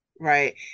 right